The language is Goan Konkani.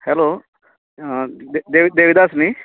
हॅलो देवि देविदास न्ही